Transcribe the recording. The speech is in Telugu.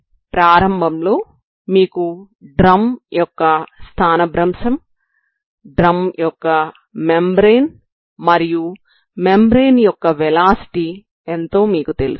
కాబట్టి ప్రారంభంలో మీకు డ్రమ్ యొక్క స్థానభ్రంశం డ్రమ్ యొక్క మెంబ్రేన్ మరియు మెంబ్రేన్ యొక్క వెలాసిటీ ఎంతో మీకు తెలుసు